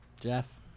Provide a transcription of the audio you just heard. Jeff